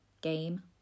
Game